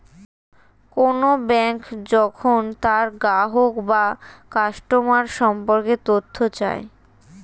কোন ব্যাঙ্ক যখন তার গ্রাহক বা কাস্টমার সম্পর্কে তথ্য চায়